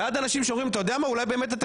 אנשים אומרים אולי באמת אתם צודקים.